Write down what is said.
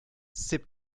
c’est